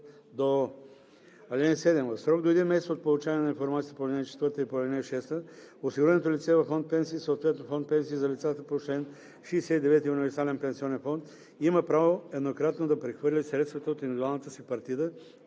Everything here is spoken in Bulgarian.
(7) В срок до един месец от получаване на информацията по ал. 4 и по ал. 6 осигуреното лице във фонд „Пенсии“, съответно фонд „Пенсии за лицата по чл. 69“ и универсален пенсионен фонд има право еднократно да прехвърли средствата от индивидуалната си партида